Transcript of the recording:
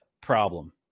problem